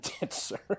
Dancer